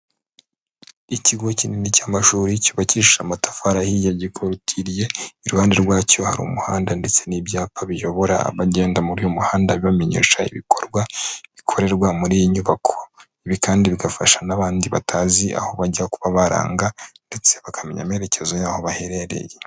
Ikigo kinini cy'amashuri cyubakishije amatafari ahiye gikorotiriye, iruhande rwacyo hari umuhanda ndetse n'ibyapa biyobora abagenda muri uyu muhanda, bibamenyesha ibikorwa, bikorerwa muri iyi nyubako. Ibi kandi bigafasha n'abandi batazi aho bajya, kuba baranga, ndetse bakamenya amerekezo y'aho baherereye.